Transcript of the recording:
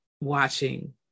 watching